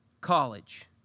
college